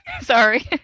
Sorry